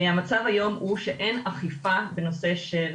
המצב היום הוא שאין אכיפה בנושא של